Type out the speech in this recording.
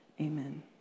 amen